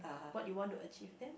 what you want to achieve then